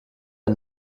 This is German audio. der